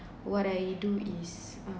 what I do is uh